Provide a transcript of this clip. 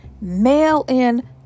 Mail-in